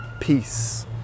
peace